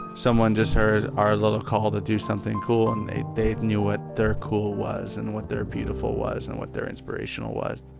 someone just heard our little call to do something cool. and they they knew what their cool was, and what their beautiful was, and what their inspirational was.